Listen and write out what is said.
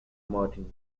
martin